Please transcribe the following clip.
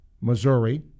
Missouri